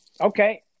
Okay